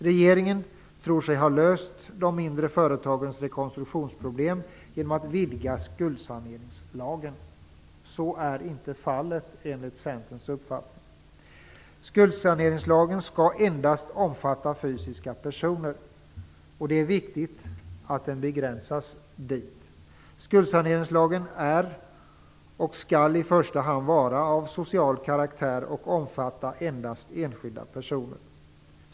Regeringen tror sig ha löst de mindre företagens rekonstruktionsproblem genom att vidga skuldsaneringslagen. Så är inte fallet enligt Centerns uppfattning. Skuldsaneringslagen skall endast omfatta fysiska personer. Det är viktigt att den begränsas dit. Skuldsaneringslagen är och skall i första hand vara av social karaktär och omfatta endast enskilda personer.